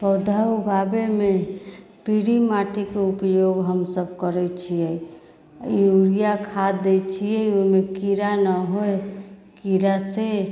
पौधा ऊगाबेमे पिरी माटीके उपयोग हम सब करैत छियै यूरिआ खाद दै छियै ओहिमे कीड़ा नहि होइत कीड़ा से